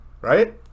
Right